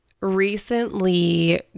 recently